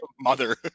Mother